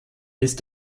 ist